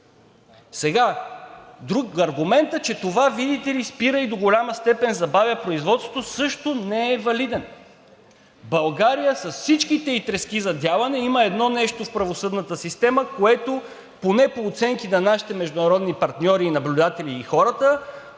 Аргументът, че това, видите ли, спира и до голяма степен спира и забавя производството, също не е валиден. В България, с всичките ѝ трески за дялане, има едно нещо в правосъдната система, което – поне по оценките на нашите международни партньори и наблюдатели, и хората,